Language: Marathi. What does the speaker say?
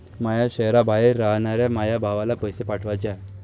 माया शैहराबाहेर रायनाऱ्या माया भावाला पैसे पाठवाचे हाय